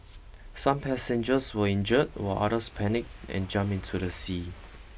some passengers were injured while others panicked and jumped into the sea